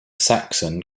saxon